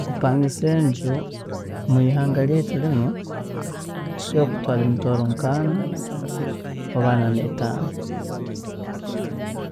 Kupangisa enju mwihanga ryeitu rinu, kisobola kukutwaaraho emitwaaro nk'ana oba ana neetaano